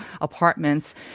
apartments